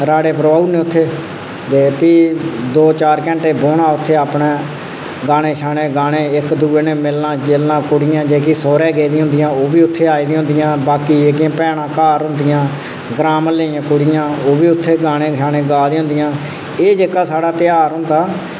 राह्ड़े परबाही ओड़ने उत्थै भी दो चार घैंटे बौह्ना उत्थै अपने गाने शाने गाने इक दुऐ कन्नै मिलना जुलना कुड़ियां जिसलै सौह्रे गेदी होंदियां उत्थै आई दियां होंदियां बाकी जेह्की भैना घर होंदिया ग्रां म्हल्ले दियां कुड़ियां ओह् बी उत्थै गाने शाने गा दियां होंदियां एह् जेहका साढ़ा तेहार होंदा